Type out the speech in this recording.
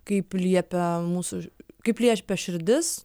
kaip liepia mūsų kaip liepia širdis